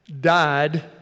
died